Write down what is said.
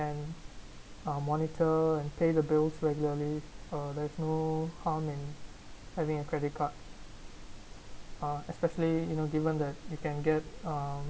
and uh monitor and pay the bills regularly uh there's no harm in having a credit card uh especially you know given that you can get um